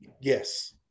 Yes